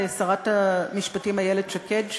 לשרת המשפטים איילת שקד,